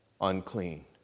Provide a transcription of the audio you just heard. unclean